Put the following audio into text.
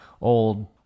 old